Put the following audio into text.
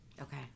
Okay